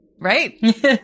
Right